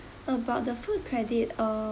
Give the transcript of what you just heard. about the food credit uh